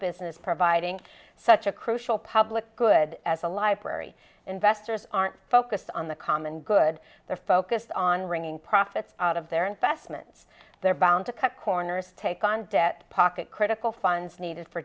business providing such a crucial public good as a library investors aren't focused on the common good they're focused on ringing profits out of their investments they're bound to cut corners take on debt pocket critical funds needed for